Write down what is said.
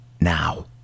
now